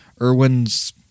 Irwin's